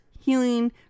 healing